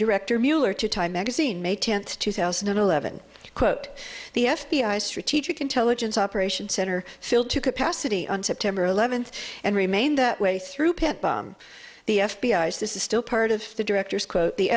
director mueller to time magazine may tenth two thousand and eleven quote the f b i strategic intelligence operation center filled to capacity on september eleventh and remained that way through pet bomb the f b i says this is still part of the director's quote the